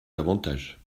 davantage